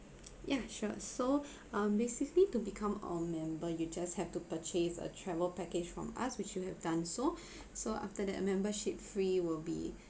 ya sure so um basically to become our member you just have to purchase a travel package from us which you have done so so after that a membership fee will be